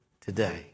today